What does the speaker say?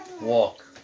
walk